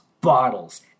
bottles